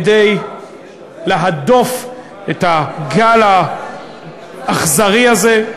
כדי להדוף את הגל האכזרי הזה.